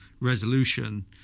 resolution